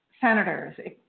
senators